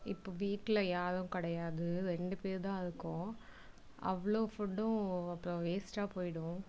இப்போது வீட்டில் யாரும் கிடையாது ரெண்டு பேருதான் இருக்கோம் அவ்வளோ ஃபுட்டும் அப்புறம் வேஸ்ட்டாக போய்விடும்